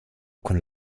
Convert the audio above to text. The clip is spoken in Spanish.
con